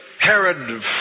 Herod